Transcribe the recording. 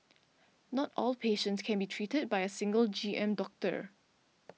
not all patients can be treated by a single G M doctor